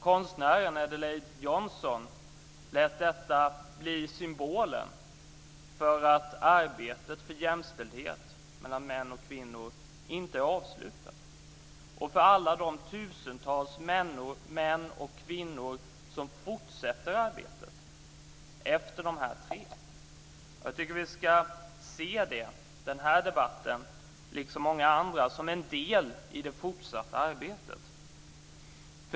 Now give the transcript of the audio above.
Konstnären, Adelaide Johnson, lät detta bli symbolen för att arbetet för jämställdhet mellan män och kvinnor inte är avslutat, och för alla de tusentals män och kvinnor som fortsätter arbetet efter de här tre. Jag tycker att vi ska se den här debatten och många andra som en del i det fortsatta arbetet.